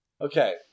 okay